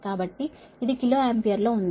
కాబట్టి ఇది కిలో ఆంపియర్లో ఉంది